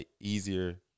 easier